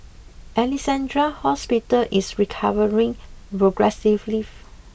Alexandra Hospital is recovering progressively